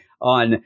on